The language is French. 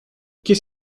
qu’est